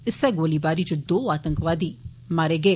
इस्सै गोलीबारी च दो आंतकवादी मारे गे